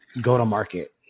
go-to-market